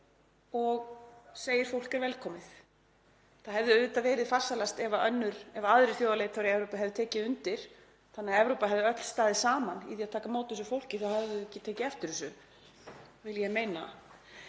og segir: Fólk er velkomið. Það hefði auðvitað verið farsælast ef aðrir þjóðarleiðtogar í Evrópu hefðu tekið undir þannig að Evrópa hefði öll staðið saman í því að taka á móti þessu fólki. Þá hefðum við ekki tekið eftir þessu vil ég meina.